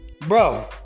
bro